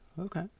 okay